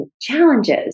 challenges